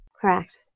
Correct